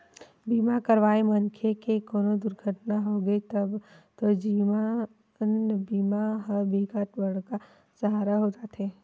बीमा करवाए मनखे के कोनो दुरघटना होगे तब तो जीवन बीमा ह बिकट बड़का सहारा हो जाते